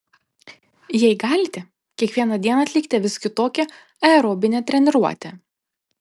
jei galite kiekvieną dieną atlikite vis kitokią aerobinę treniruotę